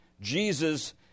Jesus